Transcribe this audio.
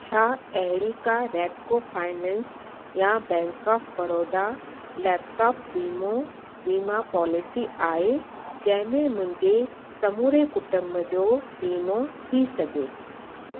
छा अहिड़ी का रेप्को फाइनेंस या बैंक ऑफ बड़ौदा लेपटॉप वीमो वीमा पॉलिसी आहे जंहिं में मुंहिंजे समूरे कुटुंब जो वीमो थी सघे